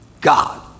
God